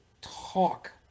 talk